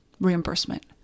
reimbursement